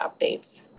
updates